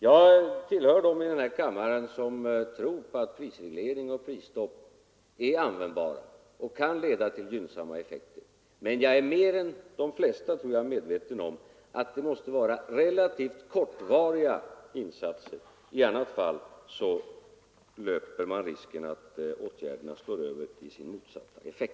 Jag tillhör dem i denna kammare som tror på att prisreglering och prisstopp är användbara och kan leda till gynnsamma effekter, men jag är mer än många andra, tror jag, medveten om att det måste vara relativt kortsiktiga insatser. I annat fall löper man risken att effekten av åtgärderna blir motsatsen till vad man vill uppnå.